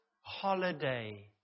holiday